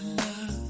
love